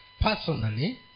personally